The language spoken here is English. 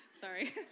Sorry